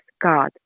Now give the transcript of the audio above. God